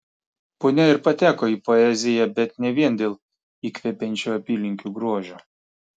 punia ir pateko į poeziją bet ne vien dėl įkvepiančio apylinkių grožio